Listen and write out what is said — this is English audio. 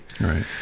right